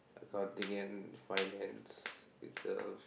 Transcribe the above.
accounting and finance it's a